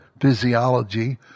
physiology